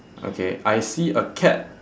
okay I see a cat